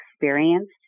experienced